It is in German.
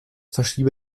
verschiebe